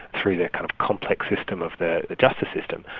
through the kind of complex system of the justice system,